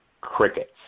crickets